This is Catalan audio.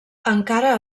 encara